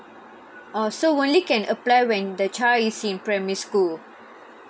oh so only can apply when the child is in primary school